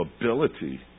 ability